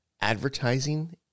advertising